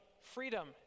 freedom